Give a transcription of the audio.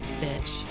bitch